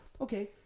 okay